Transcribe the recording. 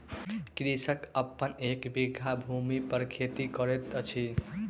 कृषक अपन एक बीघा भूमि पर खेती करैत अछि